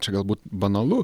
čia galbūt banalu